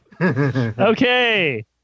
Okay